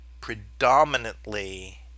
predominantly